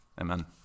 Amen